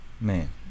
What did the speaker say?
man